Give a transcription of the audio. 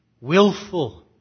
Willful